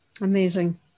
Amazing